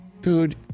Dude